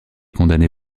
condamné